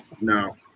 No